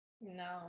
No